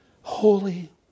holy